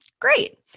Great